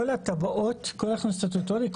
כל התב"עות הן מכוח סטטוטורי,